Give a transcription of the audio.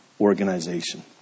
organization